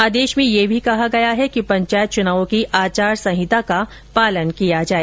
आदेश में यह भी कहा गया कि पंचायत चुनावों की आचार संहिता का पालन किया जाए